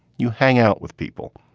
you hang out with people.